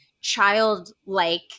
childlike